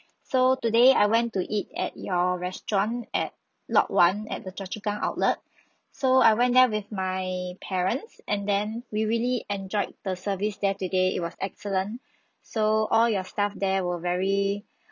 so today I went to eat at your restaurant at lot one at the choa chu kang outlet so I went there with my parents and then we really enjoyed the service there today it was excellent so all your staff there were very